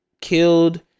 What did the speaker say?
killed